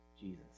Jesus